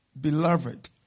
beloved